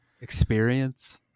experience